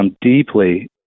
deeply